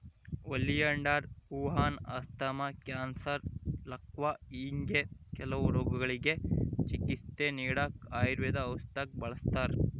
oleander ಹೂವಾನ asthma, cancer, ಲಕ್ವಾ ಹಿಂಗೆ ಕೆಲವು ರೋಗಗುಳ್ಗೆ ಚಿಕಿತ್ಸೆ ನೀಡಾಕ ಆಯುರ್ವೇದ ಔಷದ್ದಾಗ ಬಳುಸ್ತಾರ